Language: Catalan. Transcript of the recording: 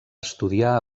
estudiar